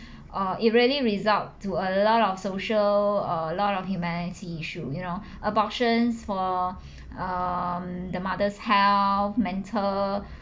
err it really result to a lot of social a lot of humanity issue you know abortions for um the mother's health mental